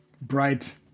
bright